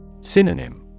Synonym